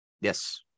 Yes